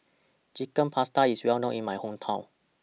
Chicken Pasta IS Well known in My Hometown